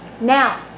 Now